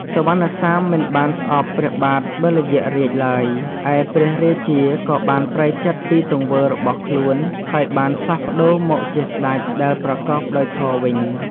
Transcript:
សុវណ្ណសាមមិនបានស្អប់ព្រះបាទបិលយក្សរាជឡើយ ឯព្រះរាជាក៏បានប្រែចិត្តពីទង្វើរបស់ខ្លួន ហើយបានផ្លាស់ប្តូរមកជាស្តេចដែលប្រកបដោយធម៌វិញ។